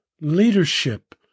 leadership